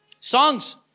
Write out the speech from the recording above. Songs